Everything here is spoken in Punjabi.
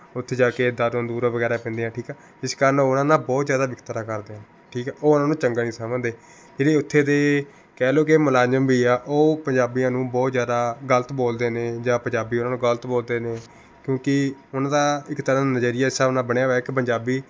ਉੱਥੇ ਜਾ ਕੇ ਦਾਰੂਆਂ ਦੂਰੂਆਂ ਵਗੈਰਾ ਪੀਂਦੇ ਆ ਠੀਕ ਆ ਇਸ ਕਾਰਨ ਉਨ੍ਹਾਂ ਦਾ ਬਹੁਤ ਜ਼ਿਆਦਾ ਵਿਤਕਰਾ ਕਰਦੇ ਹਨ ਠੀਕ ਹੈ ਉਹ ਉਨ੍ਹਾਂ ਨੂੰ ਚੰਗਾ ਨਹੀਂ ਸਮਝਦੇ ਜਿਹੜੇ ਉੱਥੇ ਦੇ ਕਹਿ ਲਉ ਕਿ ਮੁਲਾਜ਼ਮ ਵੀ ਆ ਉਹ ਪੰਜਾਬੀਆਂ ਨੂੰ ਬਹੁਤ ਜ਼ਿਆਦਾ ਗਲਤ ਬੋਲਦੇ ਨੇ ਜਾਂ ਪੰਜਾਬੀ ਉਨ੍ਹਾਂ ਨੂੰ ਗਲਤ ਬੋਲਦੇ ਨੇ ਕਿਉਂਕਿ ਉਨ੍ਹਾਂ ਦਾ ਇੱਕ ਤਰ੍ਹਾਂ ਦਾ ਨਜ਼ਰੀਆ ਇਸ ਹਿਸਾਬ ਨਾਲ ਬਣਿਆ ਵਾ ਕਿ ਪੰਜਾਬੀ